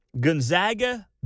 gonzaga